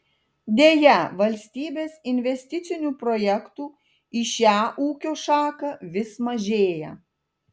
deja valstybės investicinių projektų į šią ūkio šaką vis mažėja